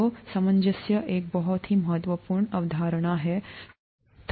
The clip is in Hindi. तो सामंजस्य एक बहुत ही महत्वपूर्ण अवधारणा है